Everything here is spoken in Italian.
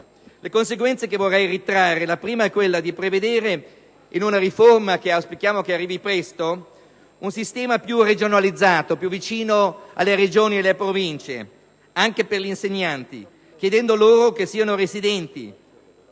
le considerazioni che vorrei trarre, la prima è di prevedere, in una riforma che auspichiamo arrivi presto, un sistema più regionalizzato, cioè più vicino alle Regioni e alle Province, anche per gli insegnanti, chiedendo loro di essere residenti,